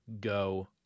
go